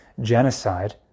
genocide